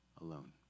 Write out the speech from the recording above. alone